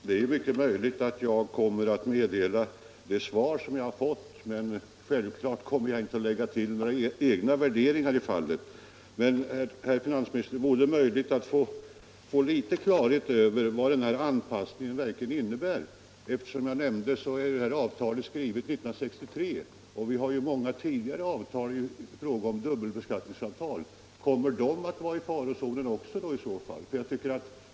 Herr talman! Det är mycket möjligt att jag kommer att meddela det svar jag fått, men självfallet kommer jag inte att lägga till några egna värderingar i fallet. Men, herr finansminister, vore det möjligt att få litet större klarhet i vad den eftersträvade anpassningen verkligen innebär? Avtalet med Spanien hade skrivits 1963, och vi har många avtal om dubbelbeskattning, som är av äldre datum. Kommer också de i så fall att vara i farozonen?